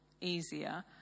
easier